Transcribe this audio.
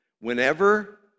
whenever